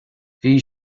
bhí